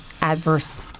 adverse